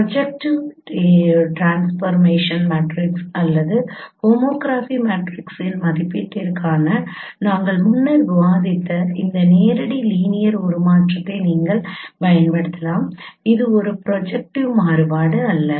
projective transformation matrix அல்லது homography மேட்ரிக்ஸின் மதிப்பீட்டிற்காக நாங்கள் முன்னர் விவாதித்த இந்த நேரடி லீனியர் உருமாற்றத்தை நீங்கள் பயன்படுத்தலாம் இது ஒரு ப்ரொஜெக்ட்டிவ் மாறுபாடு அல்ல